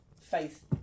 faith